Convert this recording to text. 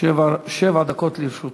שבע דקות לרשותך.